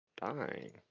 Dying